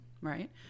right